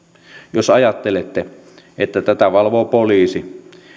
jos ajattelette että tätä valvoo poliisi